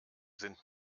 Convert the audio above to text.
sind